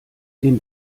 dem